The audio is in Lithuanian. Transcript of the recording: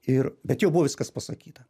ir bet jau buvo viskas pasakyta